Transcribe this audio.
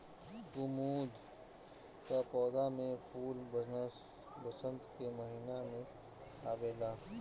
कुमुद कअ पौधा में फूल वसंत के महिना में आवेला